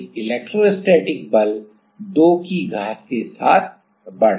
लेकिन इलेक्ट्रोस्टैटिक बल 2 की घात के साथ बढ़ रहा है